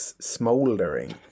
smouldering